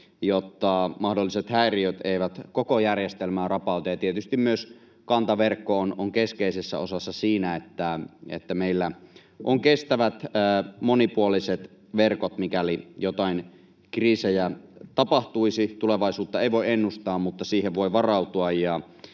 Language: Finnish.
jotta mahdolliset häiriöt eivät koko järjestelmää rapauta, ja tietysti myös kantaverkko on keskeisessä osassa siinä, että meillä on kestävät, monipuoliset verkot, mikäli joitain kriisejä tapahtuisi. Tulevaisuutta ei voi ennustaa, mutta siihen voi varautua,